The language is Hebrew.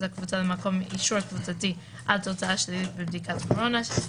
הקבוצה למקום אישור קבוצתי על תוצאה שלילית בבדיקת קורונה,